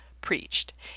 preached